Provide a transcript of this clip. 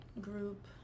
group